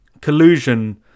Collusion